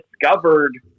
discovered